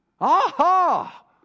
Aha